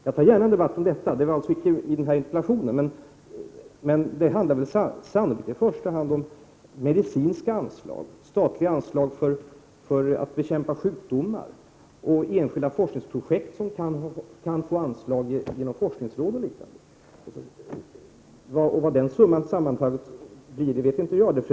Jag tar gärna en debatt om detta. Det ingick alltså inte i denna interpellation. Det handlar här i första hand om anslag på det medicinska området, statliga anslag för att bekämpa sjukdomar och enskilda forskningsprojekt som kan få anslag genom t.ex. forskningsråd. Hur mycket det blir sammantaget vet jag inte.